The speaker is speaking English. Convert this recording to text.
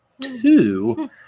Two